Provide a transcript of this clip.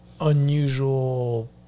unusual